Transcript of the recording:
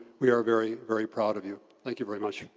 we are very, very proud of you. thank you very much.